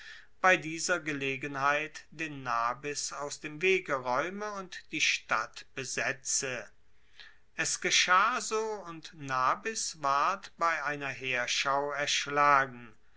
bei dieser gelegenheit den nabis aus dem wege raeume und die stadt besetze es geschah so und nabis ward bei einer heerschau erschlagen